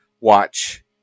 watch